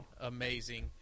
amazing